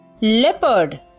Leopard